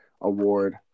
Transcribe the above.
award